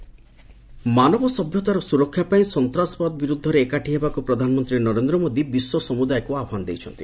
PM address ମାନବ ସଭ୍ୟତାର ସ୍ତରକ୍ଷା ପାଇଁ ସନ୍ତାସବାଦ ବିରୂଦ୍ଧରେ ଏକାଠି ହେବାକୁ ପ୍ରଧାନମନ୍ତ୍ରୀ ନରେନ୍ଦ୍ର ମୋଦୀ ବିଶ୍ୱ ସମୁଦାୟକୁ ଆହ୍ଚାନ ଜଣାଇଛନ୍ତି